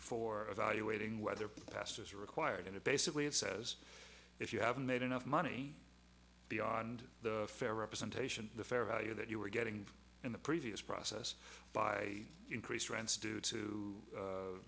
for valuating whether past is required and it basically it says if you haven't made enough money beyond the fair representation the fair value that you were getting in the previous process by increased rents due to